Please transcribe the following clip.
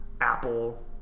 Apple